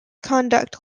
conduct